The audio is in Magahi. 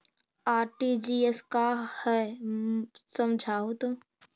आर.टी.जी.एस का है समझाहू तो?